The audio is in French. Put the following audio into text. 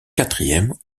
quatrième